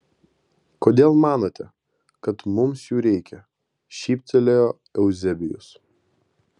kodėl manote kad mums jų reikia šyptelėjo euzebijus